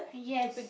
yes